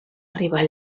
arribar